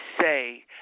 say